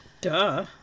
Duh